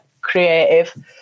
creative